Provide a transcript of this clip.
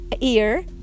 ear